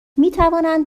میتوانند